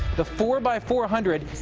the four by four hundred.